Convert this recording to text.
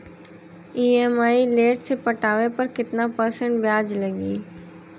EMI late से पटावे पर कितना परसेंट ब्याज लगी?